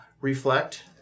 reflect